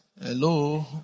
Hello